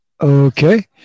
Okay